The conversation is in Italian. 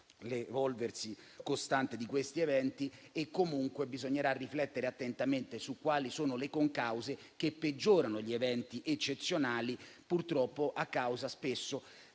l'evolversi costante di questi eventi. Bisognerà comunque riflettere attentamente su quali siano le concause che peggiorano gli eventi eccezionali, purtroppo a causa spesso